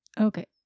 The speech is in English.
Okay